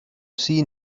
seen